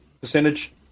percentage